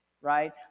Right